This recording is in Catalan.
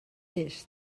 gest